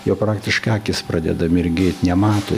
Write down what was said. jau praktiškai akys pradeda mirgėt nemato